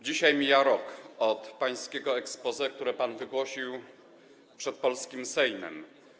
Dzisiaj mija rok od pańskiego exposé, które pan wygłosił przed polskim Sejmem.